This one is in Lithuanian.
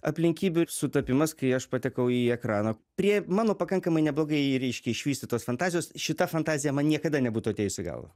aplinkybių sutapimas kai aš patekau į ekraną prie mano pakankamai neblogai reiškia išvystytos fantazijos šita fantazija man niekada nebūtų atėjus į galvą